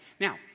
Now